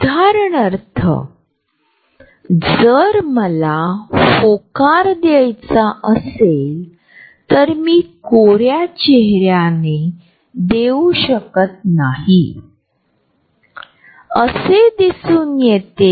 दुसरीकडे जर आपण लांब गेलो तर ते अस्वस्थतेचे किंवा भीतीचे इशारा देखील देते